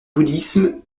bouddhisme